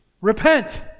Repent